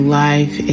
life